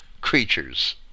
creatures